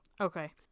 Okay